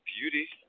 beauty